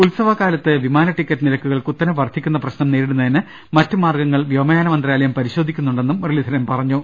ഉത്സവകാലത്ത് വിമാന ടിക്കറ്റ് നിരക്കുകൾ കുത്തനെ വർദ്ധി ക്കുന്ന പ്രശ്നം നേരിടുന്നതിന് മറ്റ് മാർഗ്ഗങ്ങൾ വ്യോമയാന മന്ത്രാലയം പരിശോധിക്കുന്നുണ്ടെന്ന് മുരളീധരൻ പറഞ്ഞു